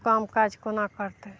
काम काज कोना करतय